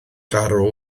garw